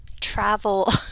travel